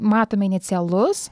matome inicialus